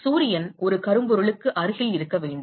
சூரியன் ஒரு கரும்பொருளுக்கு அருகில் இருக்க வேண்டும்